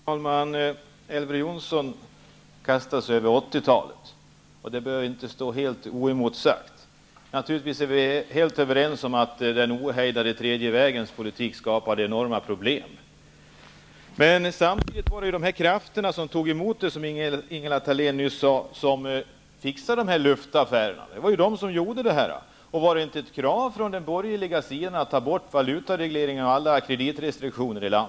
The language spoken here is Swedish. Fru talman! Elver Jonsson kastade sig över 1980 talet. Det han sade bör inte stå helt oemotsagt. Vi är naturligtvis överens om att den ohejdade tredje vägens politik skapade enorma problem. Men samtidigt var det, som Ingela Thalén sade, de krafter som tog emot detta som fixade luftaffärerna. Var det inte ett krav från de borgerliga att ta bort valutaregleringarna och alla kreditrestriktioner?